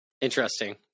Interesting